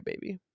baby